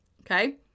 Okay